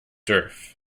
turf